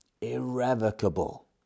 irrevocable